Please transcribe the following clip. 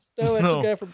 no